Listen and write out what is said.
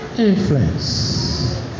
influence